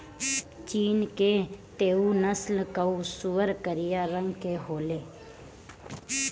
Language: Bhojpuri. चीन के तैहु नस्ल कअ सूअर करिया रंग के होले